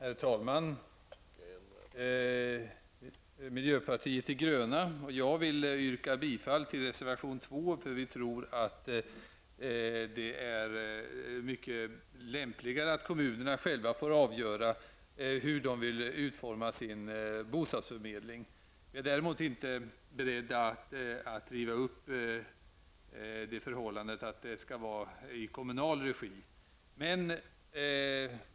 Herr talman! Miljöpartiet de gröna och jag vill yrka bifall till reservation 2 -- vi tror att det är mycket lämpligare att kommunerna själva får avgöra hur de vill utforma sin bostadsförmedling. Vi är däremot inte beredda att ändra på det faktum att bostadsförmedlingen skall ske i kommunal regi.